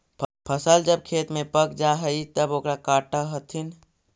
फसल जब खेत में पक जा हइ तब ओकरा काटऽ हथिन